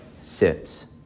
sits